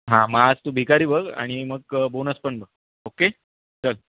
हां मग आज तू भिकारी बघ आणि मग बोनस पण बघ ओके चल